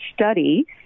study